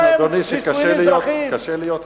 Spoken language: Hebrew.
אני מבין, אדוני, שקשה להיות יהודי.